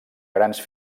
grans